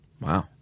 Wow